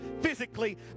physically